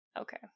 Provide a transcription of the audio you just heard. Okay